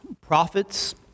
prophets